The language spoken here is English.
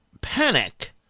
panic